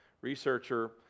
researcher